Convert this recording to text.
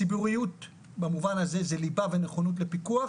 ציבוריות במובן הזה של ליבה ונכונות לפיקוח,